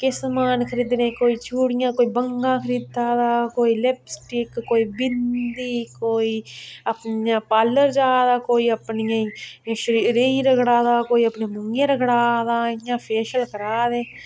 केह् समान खरीदने कोई चूड़ियां कोई बंगां खरीदै दा कोई लिपस्टिक कोई बिंदी कोई अपने पालर जा दा कोई अपनियें शरीरे गी रगड़ा दा कोई अपने मुहें रगड़ा दा इ'यां फेशियल करा दे